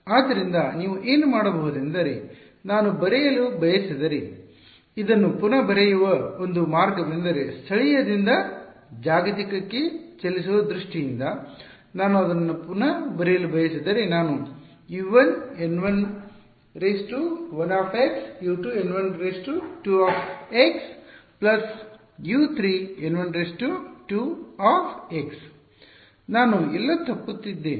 ಆದ್ದರಿಂದ ನೀವು ಏನು ಮಾಡಬಹುದೆಂದರೆ ನಾನು ಬರೆಯಲು ಬಯಸಿದರೆ ಇದನ್ನು ಪುನಃ ಬರೆಯುವ ಒಂದು ಮಾರ್ಗವೆಂದರೆ ಸ್ಥಳೀಯದಿಂದ ಜಾಗತಿಕಕ್ಕೆ ಚಲಿಸುವ ದೃಷ್ಟಿಯಿಂದ ನಾನು ಅದನ್ನು ಪುನಃ ಬರೆಯಲು ಬಯಸಿದರೆ ನಾನು ಈ U 1 N 11 U 2 N 12 U 3N 12 ನಾನು ಎಲ್ಲೋ ತಪ್ಪು ಮಾಡಿದ್ದೇನೆ